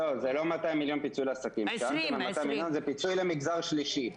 זה פיצוי למגזר השלישי.